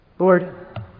Lord